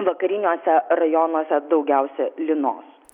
vakariniuose rajonuose daugiausia lynos